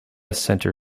center